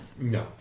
No